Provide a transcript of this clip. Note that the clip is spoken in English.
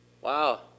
wow